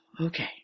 okay